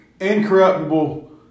Incorruptible